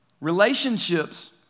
Relationships